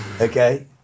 okay